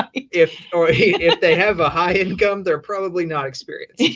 if they have a high income, they're probably not experienced.